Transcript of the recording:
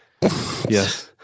yes